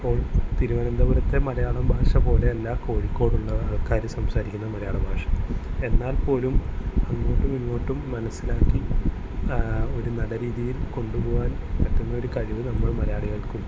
ഇപ്പോള് തിരുവനന്തപുരത്തെ മലയാളം ഭാഷ പോലെയല്ല കോഴിക്കോടുള്ള ആൾക്കാര് സംസാരിക്കുന്ന മലയാള ഭാഷ എന്നാൽ പോലും അങ്ങോട്ടും ഇങ്ങോട്ടും മനസിലാക്കി ഒരു നല്ല രീതിയിൽ കൊണ്ടുപോകാൻ പറ്റുന്ന ഒരു കഴിവ് നമ്മള് മലയാളികള്ക്കുണ്ട്